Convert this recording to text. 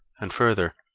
and, further,